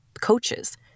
coaches